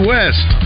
West